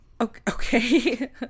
okay